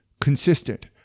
consistent